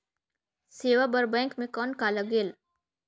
सेवा बर बैंक मे कौन का लगेल?